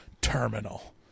terminal